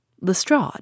Lestrade